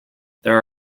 there